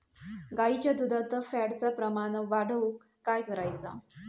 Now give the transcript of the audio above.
गाईच्या दुधात फॅटचा प्रमाण वाढवुक काय करायचा?